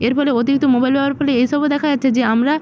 এর ফলে অতিরিক্ত মোবাইল ব্যবহারের ফলে এ সবও দেখা যাচ্ছে যে আমরা